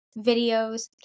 videos